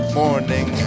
morning